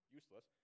useless